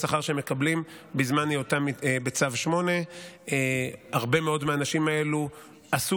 השכר שהם מקבלים בזמן היותם בצו 8. הרבה מאוד מהאנשים האלה עשו